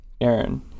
Aaron